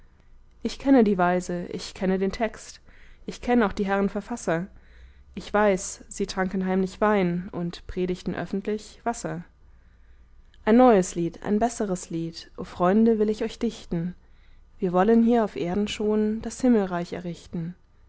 ich kenne die weise ich kenne den text ich kenn auch die herren verfasser ich weiß sie tranken heimlich wein und predigten öffentlich wasser ein neues lied ein besseres lied o freunde will ich euch dichten wir wollen hier auf erden schon das himmelreich errichten